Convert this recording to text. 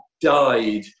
died